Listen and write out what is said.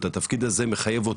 התפקיד הזה מחייב פתיחות,